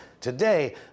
today